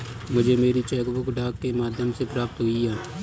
मुझे मेरी cheque book डाक के माध्यम से प्राप्त हुई है